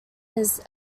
this